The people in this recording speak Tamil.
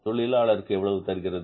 தொழிலாளருக்கு எவ்வளவு தருகிறது